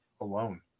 alone